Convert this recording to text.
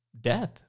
death